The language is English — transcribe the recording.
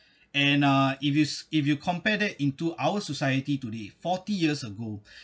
and uh if it's if you compare that into our society today forty years ago